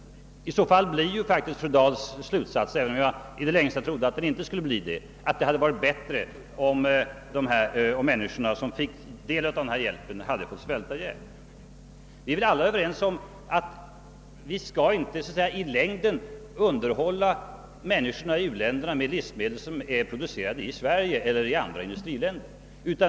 Om så är förhållandet blir fru Dahls slutsats, även om jag i det längsta inte trodde att den skulle bli det, att det hade varit bättre om de människor som fått del av denna hjälp hade fått svälta. Vi är väl alla överens om att vi inte skall försörja människorna i u-länderna med livsmedel som är producerade i Sverige eller i andra industriländer.